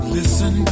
Listen